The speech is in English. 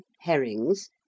herrings